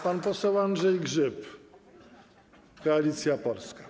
Pan poseł Andrzej Grzyb, Koalicja Polska.